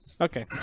Okay